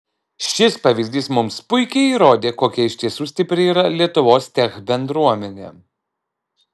šis pavyzdys mums puikiai įrodė kokia iš tiesų stipri yra lietuvos tech bendruomenė